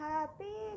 Happy